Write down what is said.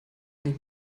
nicht